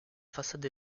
façade